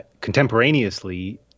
contemporaneously